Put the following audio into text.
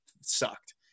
sucked